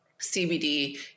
CBD